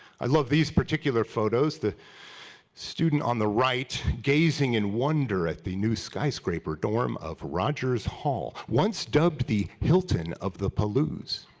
i love these particular photos. the student on the right gazing in wonder at the new skyscraper dorm of rodger's hall, once dubbed the hilton of the area.